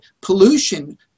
pollution